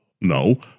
no